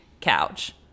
couch